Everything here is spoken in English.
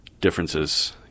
differences